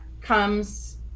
comes